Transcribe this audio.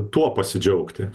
tuo pasidžiaugti